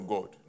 God